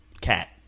Cat